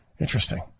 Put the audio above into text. Interesting